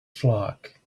flock